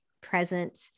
present